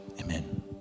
amen